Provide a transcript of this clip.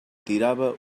tirava